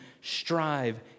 strive